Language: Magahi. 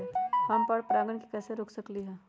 हम पर परागण के कैसे रोक सकली ह?